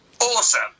Awesome